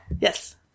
yes